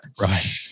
Right